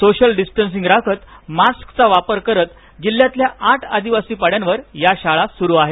social distancing राखत मास्कचा वापर करत जिल्ह्यातल्या आठ आदिवासी पाड्यांवर या शाळा सुरु आहेत